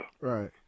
Right